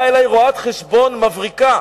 באה אלי רואת-חשבון מבריקה